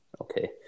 Okay